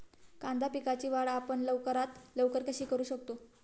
कांदा पिकाची वाढ आपण लवकरात लवकर कशी करू शकतो?